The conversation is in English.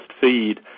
feed